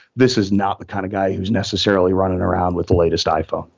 this is not the kind of guy who's necessarily running around with the latest iphone,